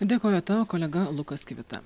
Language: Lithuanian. dėkoju tau kolega lukas kivita